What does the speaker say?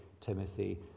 Timothy